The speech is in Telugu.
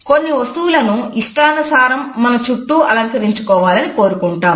కొన్ని వస్తువులను ఇష్టానుసారం మన చుట్టూ అలంకరించాలని కోరుకుంటాం